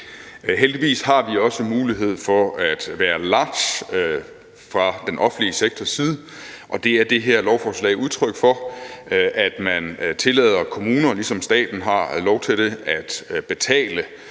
Heldigvis har vi også mulighed for at være large fra den offentlige sektors side, og det er det her lovforslag et udtryk for, ved at man tillader kommuner, ligesom staten har lov til det, at betale